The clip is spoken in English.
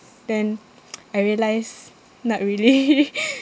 then I realised not really